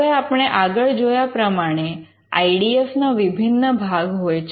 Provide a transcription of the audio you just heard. હવે આપણે આગળ જોયા પ્રમાણે આઇ ડી એફ ના વિભિન્ન ભાગ હોય છે